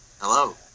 Hello